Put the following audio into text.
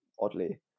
oddly